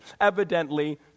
evidently